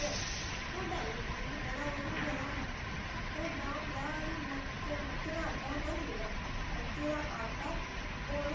ते छोटा होई गेआ बड्डा कुक्कर जिस स्हाब कन्नै जि'यां हून कोई ब्याह् फंक्शन आइया ओह्दे बास्तै बड्डे भांडे चाहिदे होंदे बड्डे पत्तीले होई गे कुक्कर होई गे